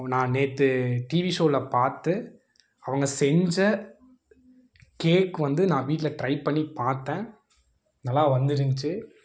நான் நேற்று டிவி ஷோவில பார்த்து அவங்க செஞ்ச கேக் வந்து நான் வீட்டில ட்ரை பண்ணி பார்த்தேன் நல்லா வந்துருந்திச்சி